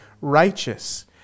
righteous